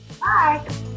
Bye